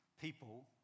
people